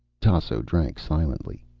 tasso drank silently.